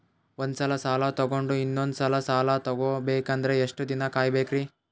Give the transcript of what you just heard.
ಒಂದ್ಸಲ ಸಾಲ ತಗೊಂಡು ಇನ್ನೊಂದ್ ಸಲ ಸಾಲ ತಗೊಬೇಕಂದ್ರೆ ಎಷ್ಟ್ ದಿನ ಕಾಯ್ಬೇಕ್ರಿ?